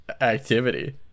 activity